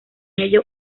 ello